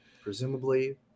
presumably